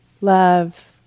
love